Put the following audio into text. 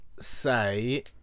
say